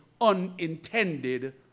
unintended